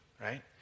right